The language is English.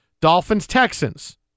Dolphins-Texans